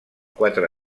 quatre